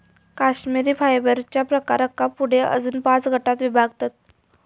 कश्मिरी फायबरच्या प्रकारांका पुढे अजून पाच गटांत विभागतत